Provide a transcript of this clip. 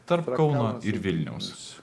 tarp kauno ir vilniaus